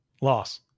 Loss